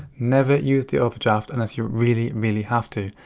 never use the overdraft unless you really, really have to.